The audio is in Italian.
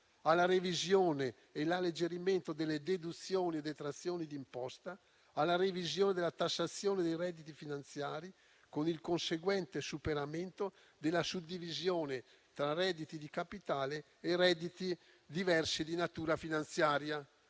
alla revisione e all'alleggerimento delle deduzioni e detrazioni d'imposta, alla revisione della tassazione dei redditi finanziari, con il conseguente superamento della suddivisione tra redditi di capitale e redditi diversi di natura finanziaria.